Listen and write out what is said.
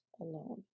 alone